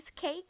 cakes